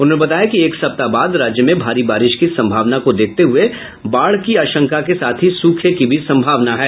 उन्होंने बताया कि एक सप्ताह बाद राज्य में भारी बारिश की संभावना को देखते हुये बाढ़ की आशंका के साथ ही सूखे की भी संभावना है